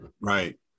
right